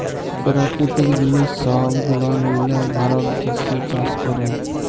পেরাকিতিক জিলিস সহব গুলান মিলায় ভারত দ্যাশে চাষ ক্যরে